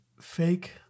fake